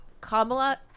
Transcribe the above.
Kamala